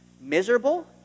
miserable